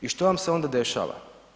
I što vam se onda dešava?